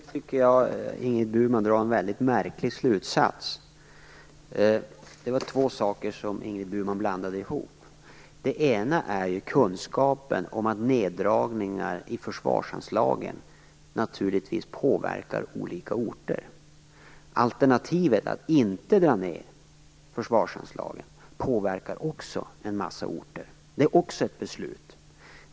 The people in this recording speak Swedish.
Fru talman! Nu tycker jag att Ingrid Burman drar en mycket märklig slutsats. Det var två saker som hon blandade ihop. Den ena är ju kunskapen om att neddragningar i försvarsanslagen naturligtvis påverkar olika orter. Alternativet att inte dra ned försvarsanslaget påverkar också en massa orter. Det är också ett beslut.